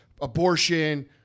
abortion